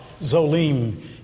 Zolim